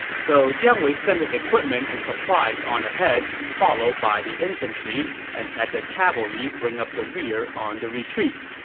so jiang wei sent his equipment and supplies on ahead, followed by the infantry, and had the cavalry bring up the rear on the retreat.